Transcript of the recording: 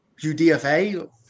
UDFA